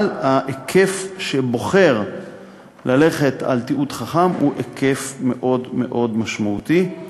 אבל ההיקף שבוחר ללכת על תיעוד חכם הוא היקף מאוד מאוד משמעותי.